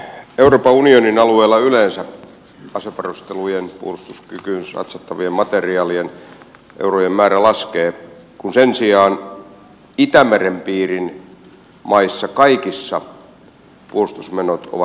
euroopan unionin alueella yleensä asevarustelujen puolustuskykyyn satsattavien materiaalien eurojen määrä laskee kun sen sijaan itämeren piirin kaikissa maissa puolustusmenot ovat nousussa